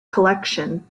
collection